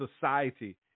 society